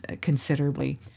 considerably